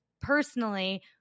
personally